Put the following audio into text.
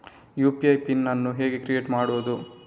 UPI PIN ಅನ್ನು ಹೇಗೆ create ಮಾಡುದು?